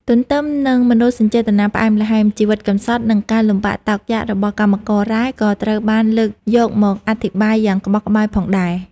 ទន្ទឹមនឹងមនោសញ្ចេតនាផ្អែមល្ហែម ជីវិតកំសត់ និងការលំបាកតោកយ៉ាករបស់កម្មកររ៉ែក៏ត្រូវបានលើកយកមកអធិប្បាយយ៉ាងក្បោះក្បាយផងដែរ។